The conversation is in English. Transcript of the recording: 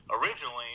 originally